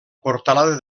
portalada